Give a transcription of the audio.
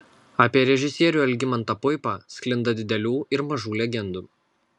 apie režisierių algimantą puipą sklinda didelių ir mažų legendų